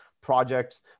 projects